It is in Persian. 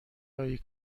هایی